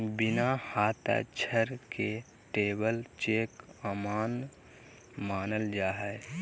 बिना हस्ताक्षर के ट्रैवलर चेक अमान्य मानल जा हय